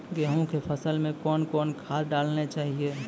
गेहूँ के फसल मे कौन कौन खाद डालने चाहिए?